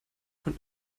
von